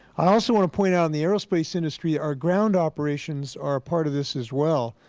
i also want to point out in the aerospace industry, our ground operations are part of this as well.